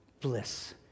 bliss